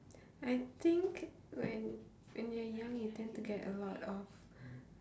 I think when when you're young you tend to get a lot of